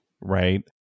right